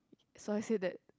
so I said that